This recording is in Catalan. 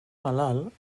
malalt